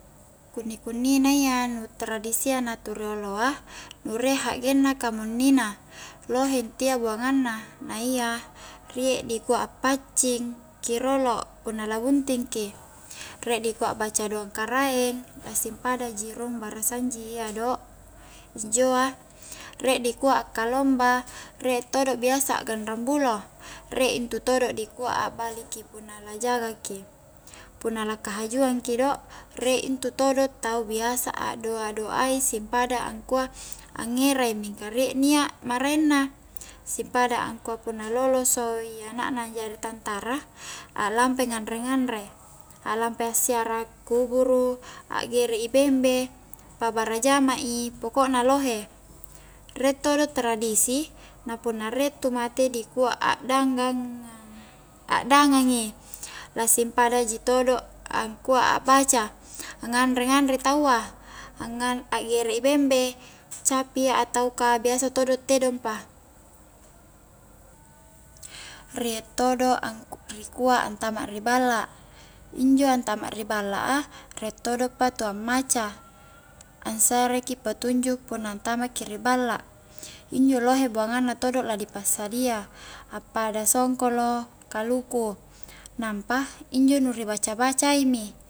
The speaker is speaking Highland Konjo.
Kunni-kunni na iya nu tradisia na tu rioloa nu rie a hakgenna kamuninna lohe intia buangang na, na iya riek dikua a'paccing ki rolo punna la bunting ki riek dikua akbaca doang karaeng la simpada ji rung barasanji iya do injoa riek dikua akkalomba rie todo biasa a'ganrang bulo riek intutodo dikua akbali ki punna la'jaga ki, punna la kahajuang ki do riek intu todo tau biasa a'doa-doa i simpada angkua a'ngera i mingka riek nia' maraeng na, simpada angkua punna lolos-loloso i anak na anjari tantara aklampa i nganre-nganre, aklampa i ziarah kuburu akgere i bembe pabara' jama i, pokokna lohe riek todo tradisi na punna riek tu mate di kua a'danggangngang a'dangang i la simpada ji todo angkua akbaca, anganre-nganre taua akgere i bembe, capi atau ka biasa todo' tedong pa riek todo' angkua-rikua antama ri balla, injo antama ri balla a riek todo pa tu ammaca angsareki petunjuk punna antama ki ri balla, injo lohe todo buangang na la di passadia appada songkolo, kaluku, nampa injo nu ri baca-baca i